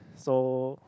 so